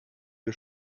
wir